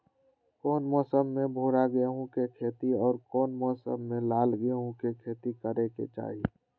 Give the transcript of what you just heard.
कौन मौसम में भूरा गेहूं के खेती और कौन मौसम मे लाल गेंहू के खेती करे के चाहि?